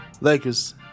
Lakers